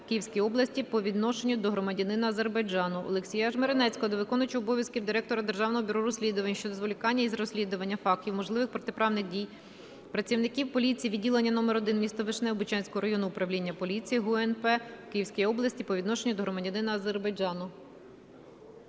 Київській області по відношенню до громадянина Азербайджану. Олексія Жмеренецького до виконувача обов'язків Директора Державного бюро розслідувань щодо зволікання із розслідуванням фактів можливих протиправних дій працівників поліції відділення номер 1 (місто Вишневе) Бучанського районного управління поліції ГУНП в Київській області по відношенню до громадянина Азербайджану.